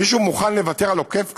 מישהו מוכן לוותר על עוקף קריות,